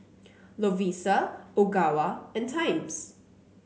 Lovisa Ogawa and Times